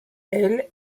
elle